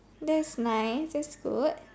that's nice that's good